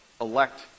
elect